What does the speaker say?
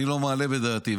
אני לא מעלה בדעתי,